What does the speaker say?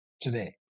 today